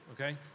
okay